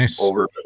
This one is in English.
over